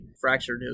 fractured